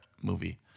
movie